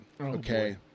Okay